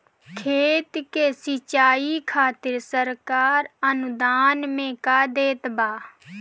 खेत के सिचाई खातिर सरकार अनुदान में का देत बा?